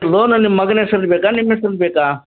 loan ನಿಮ್ಮ ಮಗನ ಹೆಸ್ರಲ್ಲಿ ಬೇಕಾ ನಿಮ್ಮ ಹೆಸ್ರಲ್ಲಿ ಬೇಕಾ